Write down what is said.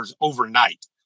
overnight